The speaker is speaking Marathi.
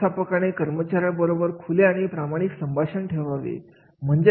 व्यवस्थापनाने कर्मचाऱ्यां बरोबर खुले आणि प्रामाणिक संभाषण ठेवावे